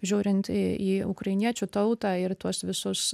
žiūrint į ukrainiečių tautą ir tuos visus